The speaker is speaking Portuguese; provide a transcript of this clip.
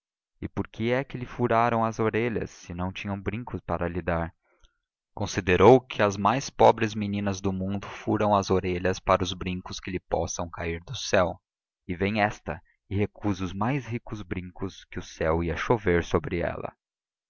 e por que é que lhe furaram as orelhas se não tinham brincos que lhe dar considerou que às mais pobres meninas do mundo furam as orelhas para os brincos que lhes possam cair do céu e vem esta e recusa os mais ricos brincos que o céu ia chover sobre ela